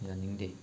ꯌꯥꯅꯤꯡꯗꯦ